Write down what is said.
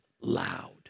loud